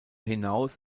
hinaus